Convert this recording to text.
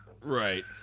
Right